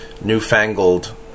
newfangled